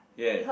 ya